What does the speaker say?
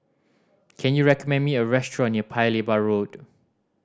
can you recommend me a restaurant near Paya Lebar Road